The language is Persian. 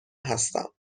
هستم